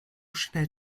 schnell